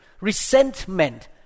resentment